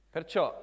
Perciò